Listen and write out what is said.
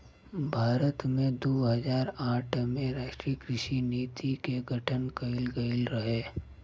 भारत में दू हज़ार आठ में राष्ट्रीय कृषि नीति के गठन कइल गइल रहे